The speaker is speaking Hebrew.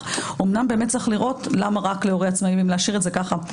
אמנם צריך לראות למה זה רק להורה עצמאי ואם להשאיר את זה ככה,